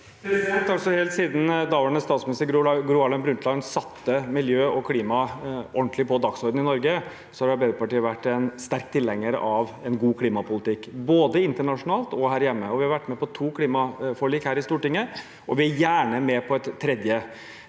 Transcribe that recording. Helt siden daværende statsminister Gro Harlem Brundtland satte miljø og klima ordentlig på dagsordenen i Norge, har Arbeiderpartiet vært en sterk tilhenger av en god klimapolitikk, både internasjonalt og her hjemme. Vi har vært med på to klimaforlik i Stortinget, vi er gjerne med på et tredje.